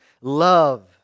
love